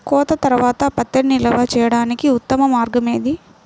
కోత తర్వాత పత్తిని నిల్వ చేయడానికి ఉత్తమ మార్గం ఏది?